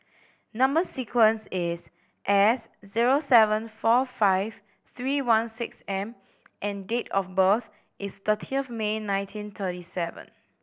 number sequence is S zero seven four five three one six M and date of birth is thirty of May nineteen thirty seven